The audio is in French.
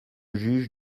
juge